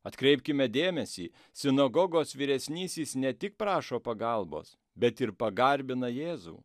atkreipkime dėmesį sinagogos vyresnysis ne tik prašo pagalbos bet ir pagarbina jėzų